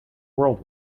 world